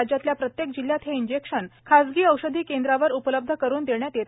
राज्यातील प्रत्येक जिल्हयात हे इंजेक्शन खाजगी औषधी केंद्रावर उपलब्ध करुन देण्यात येत आहेत